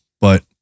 but-